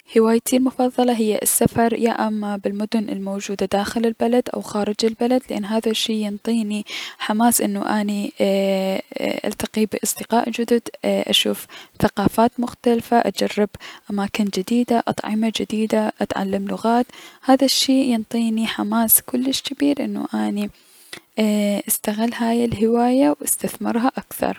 هوايتي المفضلة هي السفر يا اما بلمدن الموجودة داخل البلد او خارج البلد لأن هذا الشي ينطيني حماس انو اني التقي بأصدقاء جدد اي اشوف ثقافات مختلفة اجرب اماكن جديدة اطعمة جديدة، اتعلم لغات، هذا الشي ينطيني حماس كلش جبير انو اني استغل ي الهواية و استثمرها اكثر.